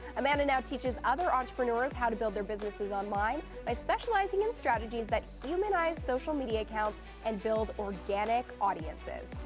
amanda now teaches other entrepreneurs how to build their businesses online and ah specializing in strategies that humanize social media accounts and build organic audiences.